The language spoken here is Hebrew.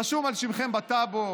רשום על שמכם בטאבו